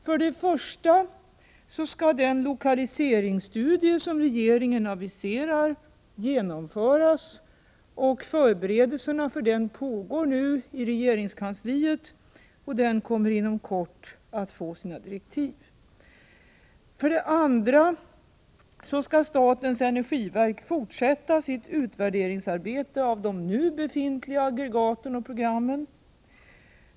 För det första skall den lokaliseringsstudie som regeringen aviserar genomföras, och förberedelserna för den pågår i regeringskansliet. Den kommer inom kort att få sina direktiv. För det andra skall statens energiverk fortsätta sin utvärdering av de nu befintliga aggregaten och programmen.